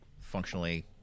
functionally